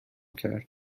کرد